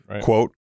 Quote